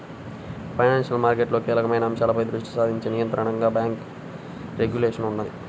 financial మార్కెట్లలో కీలకమైన అంశాలపై దృష్టి సారించే నియంత్రణగా బ్యేంకు రెగ్యులేషన్ ఉన్నది